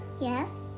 yes